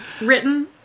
written